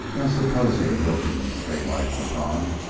now supposing, wilkins, daylight went on,